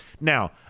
Now